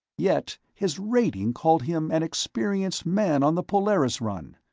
yet his rating called him an experienced man on the polaris run.